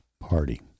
party